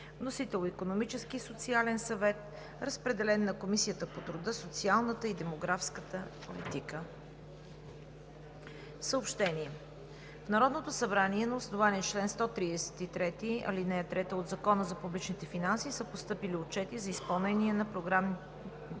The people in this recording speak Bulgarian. Вносител е Икономическият и социален съвет. Разпределен е на Комисията по труда, социалната и демографската политика. Съобщение: В Народното събрание на основание чл. 133, ал. 3 от Закона за публичните финанси са постъпили отчети за изпълнение на програмните